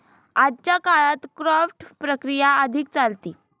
आजच्या काळात क्राफ्ट प्रक्रिया अधिक चालते